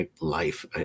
life